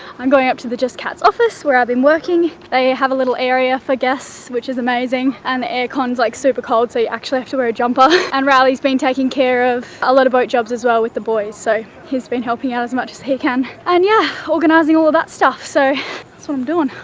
i'm going up to the just cats office, where i've been working. they have a little area for guests, which is amazing, and the air con's like, super cold, so you actually have to wear a jumper. and riley's been taking care of a lot of boat jobs as well with the boys, so he's been helping out as much as he can, and yeah, organising all of that stuff, so that's what i'm doing.